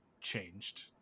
changed